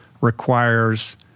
requires